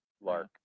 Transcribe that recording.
Lark